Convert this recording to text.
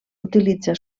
utilitza